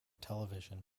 television